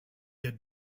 had